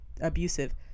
abusive